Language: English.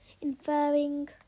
Inferring